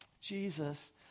Jesus